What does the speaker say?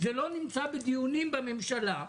זה לא נמצא בדיונים בממשלה.